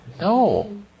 No